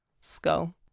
skull